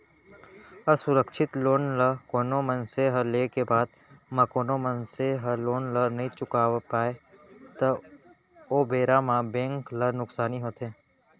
असुरक्छित लोन ल कोनो मनसे ह लेय के बाद म कोनो मनसे ह लोन ल नइ चुकावय पावय त ओ बेरा म बेंक ल नुकसानी होथे